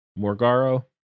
Morgaro